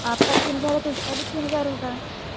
आपका तीन हज़ार है तो उसका भी तीन हज़ार होगा